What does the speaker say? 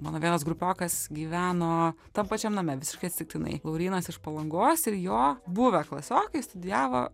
mano vienas grubokas gyveno tam pačiam name visiškai atsitiktinai laurynas iš palangos ir jo buvę klasiokai studijavo